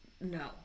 no